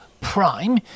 prime